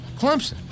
Clemson